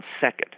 second